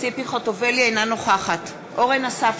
אינה נוכחת אורן אסף